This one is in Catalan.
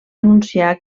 anunciar